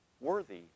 worthy